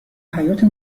حیاطه